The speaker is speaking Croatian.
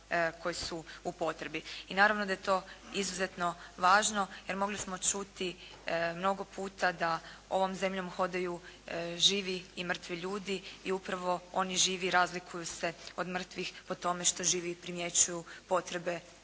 koji su u potrebi. I naravno da je to izuzetno važno jer mogli smo čuti mnogo puta da ovom zemljom hodaju živi i mrtvi ljudi i upravo oni živi razlikuju se od mrtvih po tome što živi primjećuju potrebe